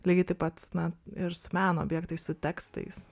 lygiai taip pat na ir su meno objektais su tekstais